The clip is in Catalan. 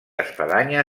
espadanya